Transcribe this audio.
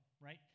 right